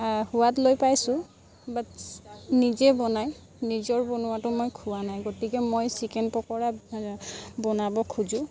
সোৱাদ লৈ পাইছোঁ বাট নিজে বনাই নিজৰ বনোৱাটো মই খোৱা নাই গতিকে মই চিকেন পকৰা বনাব খোজোঁ